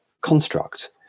construct